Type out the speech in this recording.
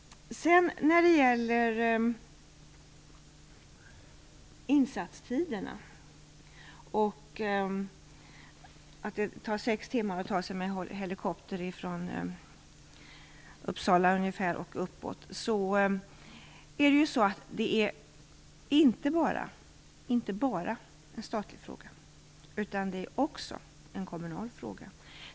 När det gäller insatstiderna - det tar ungefär sex timmar med helikopter från Uppsala och uppåt - är det inte bara en statlig fråga utan också en kommunal fråga.